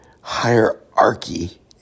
hierarchy